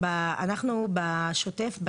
אנחנו בשוטף,